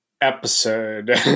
episode